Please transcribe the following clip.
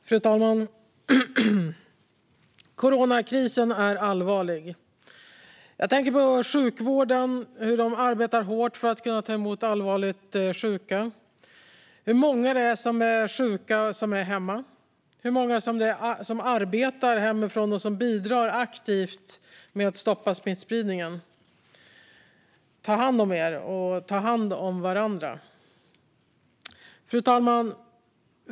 Fru talman! Coronakrisen är allvarlig. Jag tänker på hur sjukvården arbetar hårt för att kunna ta emot allvarligt sjuka, hur många det är som är sjuka och är hemma och hur många som arbetar hemifrån och bidrar aktivt med att stoppa smittspridningen. Ta hand om er, och ta hand om varandra! Fru talman!